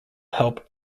help